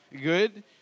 Good